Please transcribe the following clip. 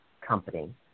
company